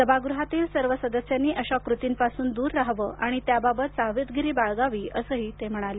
सभागृहातील सर्व सदस्यांनी अशा कृतींपासून दूर राहावे आणि त्याबाबत सावधगिरी बाळगावी असंही ते म्हणाले